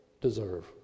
deserve